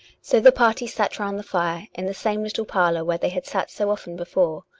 so the party sat round the fire in the same little parlour where they had sat so often before,